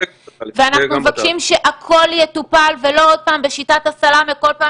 אנחנו מבקשים שהכול יטופל ולא עוד פעם בשיטת הסלמי כל פעם